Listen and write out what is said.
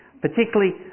particularly